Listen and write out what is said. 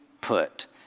put